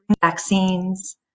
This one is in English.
vaccines